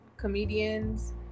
comedians